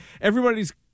everybody's